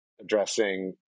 addressing